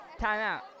timeout